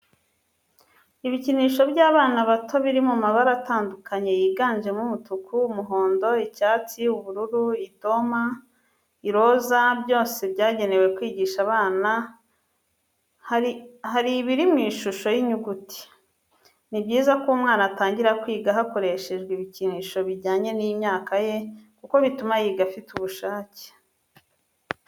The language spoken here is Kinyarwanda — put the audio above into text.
Ibikinisho by'abana bato biri mu mabara atandukanye yiganjemo umutuku, umuhondo, icyatsi, ubururu, idoma, iroza, byose byagenewe kwigisha abana hari ibiri mu ishusho y'inyuguti. Ni byiza ko umwana atangira kwiga hakoreshejwe ibikinisho bijyanye n'imyaka ye kuko bituma yiga afite ubushake.